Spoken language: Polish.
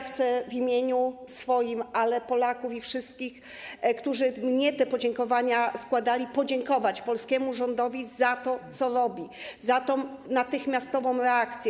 Chcę w imieniu swoim, ale także Polaków i wszystkich, którzy mi te podziękowania składali, podziękować polskiemu rządowi za to, co robi, za tę natychmiastową reakcję.